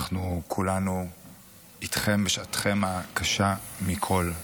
אנחנו כולנו איתכם בשעתכם הקשה מכל.